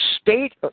state